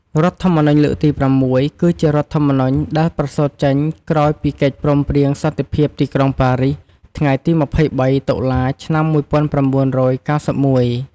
រដ្ឋធម្មនុញ្ញលើកទី៦ គឺជារដ្ឋធម្មនុញ្ញដែលប្រសូត្រចេញក្រោយពីកិច្ចព្រមព្រៀងសន្តិភាពទីក្រុងបារីស ថ្ងៃទី ២៣ តុលាឆ្នាំ១៩៩១។